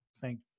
Thank